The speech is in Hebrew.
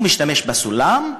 הוא משתמש בסולם,